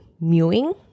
mewing